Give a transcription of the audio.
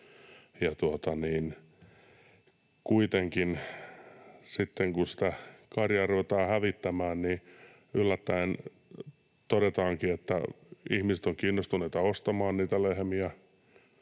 kuitenkin sitten kun sitä karjaa ruvetaan hävittämään, yllättäen todetaankin, että ihmiset ovat kiinnostuneita ostamaan niitä lehmiä